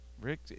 Rick